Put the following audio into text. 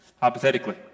hypothetically